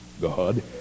God